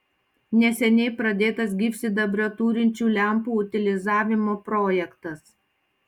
neseniai pradėtas gyvsidabrio turinčių lempų utilizavimo projektas